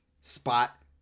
spot